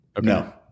no